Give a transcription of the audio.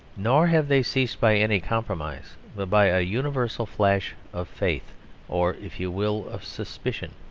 nor have they ceased by any compromise but by a universal flash of faith or, if you will, of suspicion.